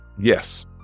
Yes